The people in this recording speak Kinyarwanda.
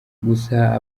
gusa